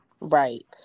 Right